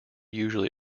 usually